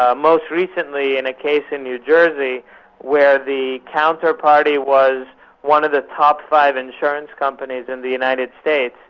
ah most recently in a case in new jersey where the counter party was one of the top five insurance companies in the united states,